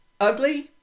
ugly